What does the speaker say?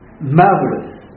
marvelous